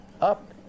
up